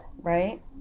right